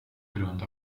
grund